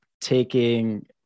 taking